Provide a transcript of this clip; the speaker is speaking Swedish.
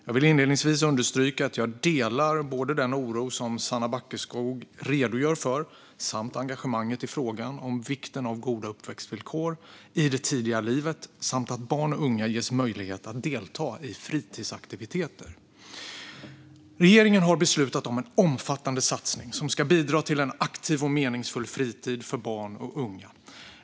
Jag vill inledningsvis understryka att jag delar den oro som Sanna Backeskog redogör för samt engagemanget när det gäller vikten av goda uppväxtvillkor i det tidiga livet och av att barn och unga ges möjlighet att delta i fritidsaktiviteter. Regeringen har beslutat om en omfattande satsning som ska bidra till en aktiv och meningsfull fritid för barn och unga.